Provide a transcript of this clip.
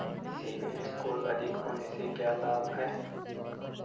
CIBIL score अधिक होने से क्या लाभ हैं?